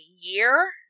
year